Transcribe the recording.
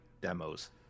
demos